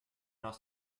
noch